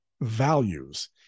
values